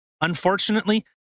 unfortunately